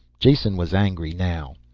jason was angry now.